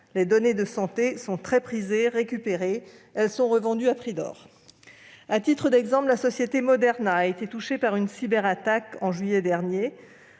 Les données de santé sont très prisées ; récupérées, elles sont revendues à prix d'or. À titre d'exemple, la société Moderna a été touchée par une cyberattaque en juillet dernier